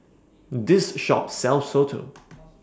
This Shop sells Soto